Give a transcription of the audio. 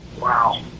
Wow